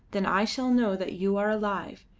then i shall know that you are alive,